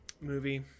movie